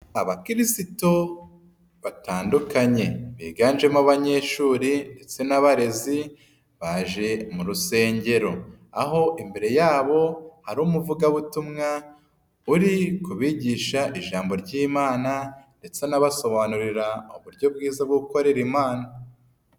Abakirisitu batandukanye biganjemo abanyeshuri ndetse n'abarezi baje mu rusengero. Aho imbere yabo hari umuvugabutumwa uri ku bigisha ijambo ry'Imana ndetse anabasobanurira uburyo bwiza bwo gukorera imana.